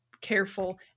careful